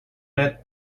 met